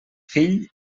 fill